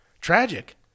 tragic